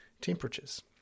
temperatures